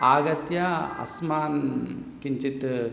आगत्य अस्मान् किञ्चित्